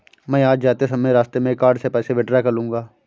मैं आज जाते समय रास्ते में कार्ड से पैसे विड्रा कर लूंगा